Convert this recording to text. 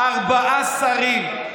ארבעה שרים.